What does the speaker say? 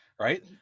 right